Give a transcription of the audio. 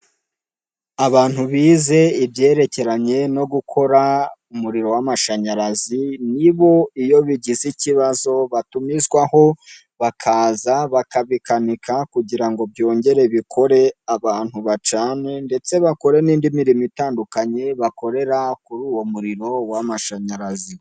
abantu bize ibyerekeranye no gukora umuriro w'amashanyarazi, nibo iyo bigize ikibazo batumizwaho bakaza bakabikanika kugira ngo byongere bikore, abantu bacane ndetse bakore n'indi mirimo itandukanye bakorera kuri uwo muriro w'amashanyarazi.